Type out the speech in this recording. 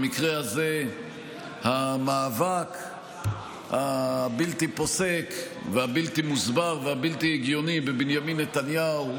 במקרה הזה המאבק הבלתי-פוסק והבלתי-מוסבר והבלתי-הגיוני בבנימין נתניהו.